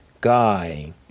guy